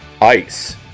Ice